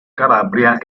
calabria